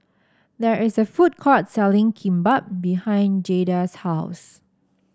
there is a food court selling Kimbap behind Jaida's house